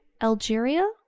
Algeria